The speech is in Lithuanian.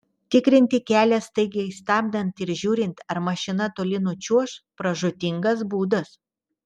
tikrinti kelią staigiai stabdant ir žiūrint ar mašina toli nučiuoš pražūtingas būdas